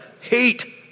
Hate